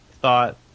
thought